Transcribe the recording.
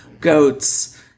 goats